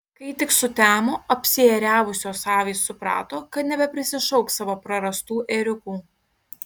kai tik sutemo apsiėriavusios avys suprato kad nebeprisišauks savo prarastų ėriukų